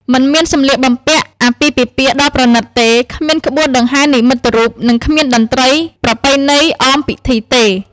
មិនមានសម្លៀកបំពាក់អាពាហ៍ពិពាហ៍ដ៏ប្រណិតទេ គ្មានក្បួនដង្ហែនិមិត្តរូប និងគ្មានតន្ត្រីប្រពៃណីអមពិធីទេ។